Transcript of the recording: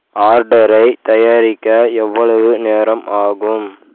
ஆர்டரைத் தயாரிக்க எவ்வளவு நேரம் ஆகும்